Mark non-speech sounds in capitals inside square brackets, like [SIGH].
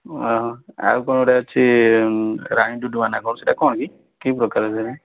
ଆଉ କ'ଣ ଗୋଟେ ଅଛି ରାଣୀ ଡୁଡ଼ୁମା ନା କ'ଣ ସେଇଟା କ'ଣ କି କିପ୍ରକାର [UNINTELLIGIBLE]